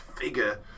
figure